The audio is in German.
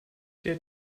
der